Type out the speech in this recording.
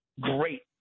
great